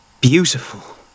beautiful